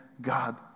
God